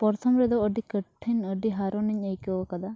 ᱯᱨᱚᱛᱷᱚᱢ ᱨᱮᱫᱚ ᱟᱹᱰᱤ ᱠᱚᱴᱷᱤᱱ ᱟᱹᱰᱤ ᱦᱟᱨᱚᱱ ᱤᱧ ᱟᱹᱭᱠᱟᱹᱣ ᱟᱠᱟᱫᱟ